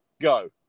go